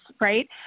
right